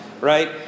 right